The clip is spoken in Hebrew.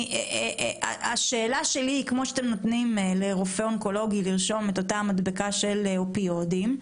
כמו שאתם נותנים לרופא אונקולוג לרשום מדבקה של אופיודים,